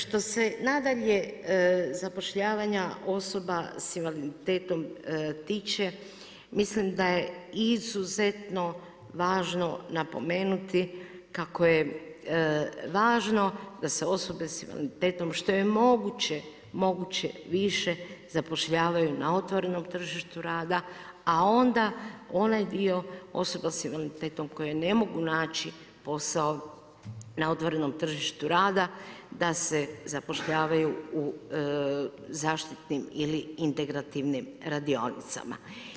Što se nadalje zapošljavanja osoba sa invaliditetom tiče mislim da je izuzetno važno napomenuti kako je važno da se osobe sa invaliditetom što je moguće, moguće više zapošljavaju na otvorenom tržištu rada a onda onaj dio osoba sa invaliditetom koje ne mogu naći posao na otvorenom tržištu rada da se zapošljavaju u zaštitnim ili integrativnim radionicama.